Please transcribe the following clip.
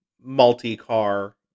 multi-car